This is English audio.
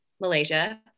Malaysia